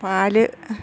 പാൽ